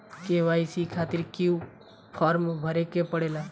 KYC खातिर क्यूं form भरे के पड़ेला?